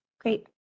Great